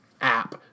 app